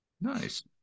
Nice